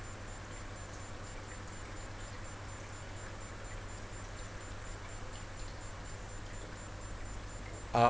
uh